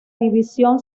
división